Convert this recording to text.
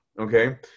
okay